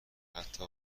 حتی